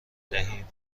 دهیم